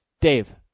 Dave